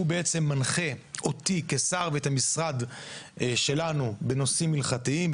הוא בעצם מנחה אותי כשר ואת המשרד שלנו בנושאים הלכתיים,